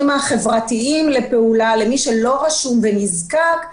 החברתיים לגבי מי שלא רשום ונזקק,